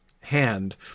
hand